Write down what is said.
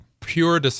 pure